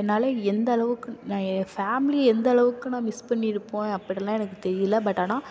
என்னால் எந்தளவுக்கு நான் என் ஃபேம்லியை எந்தளவுக்கு நான் மிஸ் பண்ணியிருப்பேன் அப்படிலாம் எனக்கு தெரியலை பட் ஆனால்